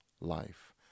life